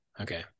Okay